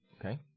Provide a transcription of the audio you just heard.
Okay